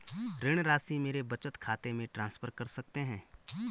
ऋण राशि मेरे बचत खाते में ट्रांसफर कर सकते हैं?